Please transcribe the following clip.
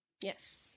Yes